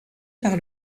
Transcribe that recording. par